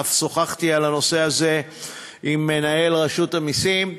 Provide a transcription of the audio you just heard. אף שוחחתי על הנושא הזה עם מנהל רשות המסים,